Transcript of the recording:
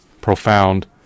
profound